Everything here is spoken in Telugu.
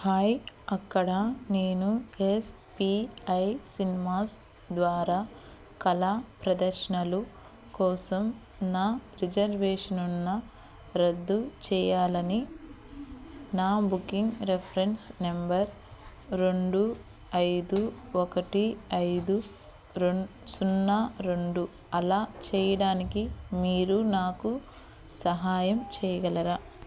హాయ్ అక్కడ నేను ఎస్ పి ఐ సినిమాస్ ద్వారా కళా ప్రదర్శనలు కోసం నా రిజర్వేషన్ను రద్దు చేయాలని నా బుకింగ్ రిఫరెన్స్ నంబర్ రెండు ఐదు ఒకటి ఐదు రెండు సున్నా రెండు అలా చేయడానికి మీరు నాకు సహాయం చేయగలరా